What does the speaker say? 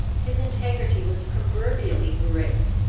his integrity was proverbially great.